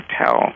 tell